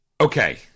Okay